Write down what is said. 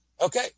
okay